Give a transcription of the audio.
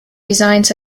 designs